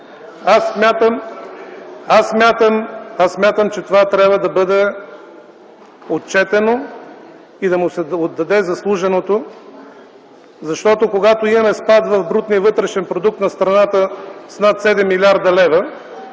Аз смятам, че това трябва да бъде отчетено и да му се отдаде заслуженото, защото когато имаме спад в брутния вътрешен продукт на страната с над 7 млрд. лв.